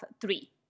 three